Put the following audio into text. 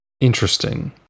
Interesting